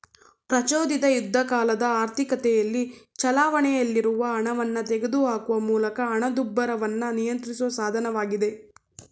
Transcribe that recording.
ಪ್ರಚೋದಿತ ಯುದ್ಧಕಾಲದ ಆರ್ಥಿಕತೆಯಲ್ಲಿ ಚಲಾವಣೆಯಲ್ಲಿರುವ ಹಣವನ್ನ ತೆಗೆದುಹಾಕುವ ಮೂಲಕ ಹಣದುಬ್ಬರವನ್ನ ನಿಯಂತ್ರಿಸುವ ಸಾಧನವಾಗಿದೆ